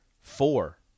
Four